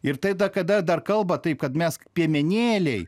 ir tai da kada dar kalba taip kad mes piemenėliai